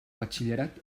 batxillerat